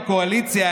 בקואליציה,